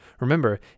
Remember